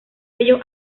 ello